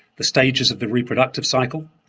the stages of the reproductive cycle,